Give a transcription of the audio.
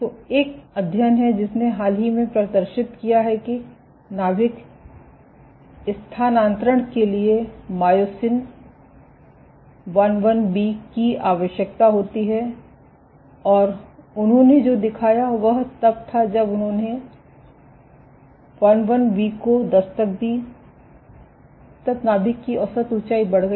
तो एक अध्ययन है जिसने हाल ही में प्रदर्शित किया है कि नाभिक स्थानान्तरण के लिए मायोसिन IIB की आवश्यकता होती है और उन्होंने जो दिखाया वह तब था जब उन्होंने IIB को दस्तक दी तब नाभिक की औसत ऊंचाई बढ़ गई